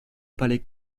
palais